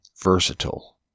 Versatile